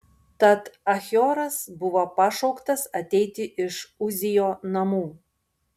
tad achioras buvo pašauktas ateiti iš uzijo namų